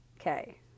Okay